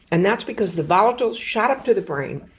and that's because the volatiles shot up to the brain,